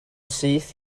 syth